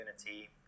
community